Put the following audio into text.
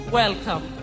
welcome